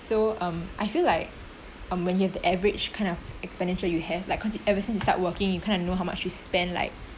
so um I feel like um when you have the average kind of expenditure you have like cause you ever since you start working you kind of know how much you spend like